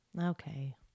Okay